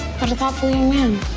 what a thoughtful young man.